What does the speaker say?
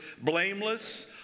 blameless